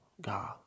God